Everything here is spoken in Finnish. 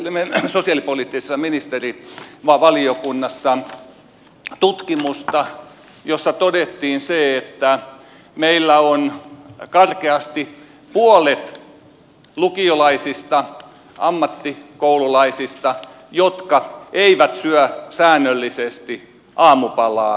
me käsittelimme sosiaalipoliittisessa ministerivaliokunnassa tutkimusta jossa todettiin se että meillä on karkeasti puolet lukiolaisista ammattikoululaisista niitä jotka eivät syö säännöllisesti aamupalaa lähtiessään kouluun